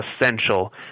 essential